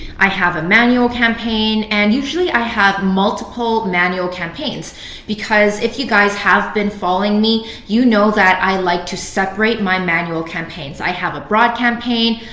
i have a manual campaign and usually i have multiple manual campaigns because if you guys have been following me, you know that i like to separate my manual campaigns. i have a broad campaign,